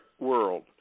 world